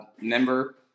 member